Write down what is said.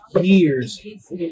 years